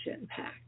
impact